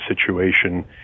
situation